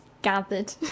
gathered